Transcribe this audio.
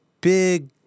big